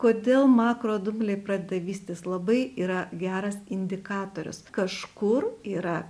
kodėl makrodumbliai pradeda vystytis labai yra geras indikatorius kažkur yra